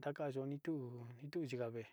na ntuva no ni ntakueyo.